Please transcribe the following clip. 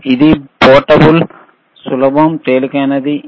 ఇది పోర్టబుల్ సులభం తేలికైనది